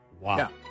Wow